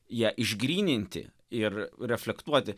ją išgryninti ir reflektuoti